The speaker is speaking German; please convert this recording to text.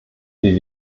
wir